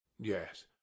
Yes